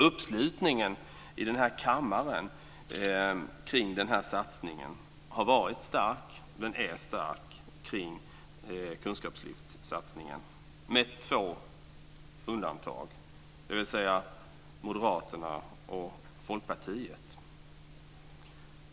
Uppslutningen i den här kammaren kring den här satsningen har varit stark, och den är stark, med två undantag, dvs. Moderaterna och Folkpartiet.